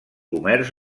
comerç